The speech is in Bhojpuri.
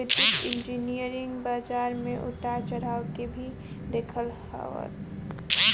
वित्तीय इंजनियरिंग बाजार में उतार चढ़ाव के भी देखत हअ